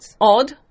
odd